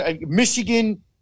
Michigan